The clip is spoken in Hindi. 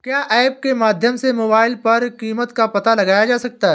क्या ऐप के माध्यम से मोबाइल पर कीमत का पता लगाया जा सकता है?